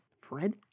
Fred